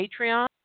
Patreon